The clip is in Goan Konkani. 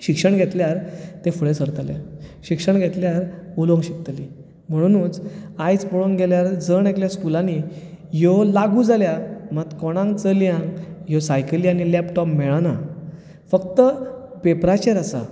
शिक्षण घेतल्यार ते फुडे सरतले शिक्षण घेतल्यार उलोवंक शकतलीं म्हुणूनूच आयज पळोवंक गेल्यार जण एकल्या स्कुलांनीं ह्यो लागू जाल्यात मात कोणांक चलयांक ह्यो सायकली आनी लॅपटॉप मेळना फक्त पेपराचेर आसा